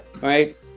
right